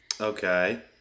Okay